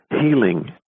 healing